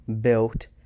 built